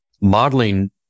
modeling